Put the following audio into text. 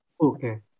Okay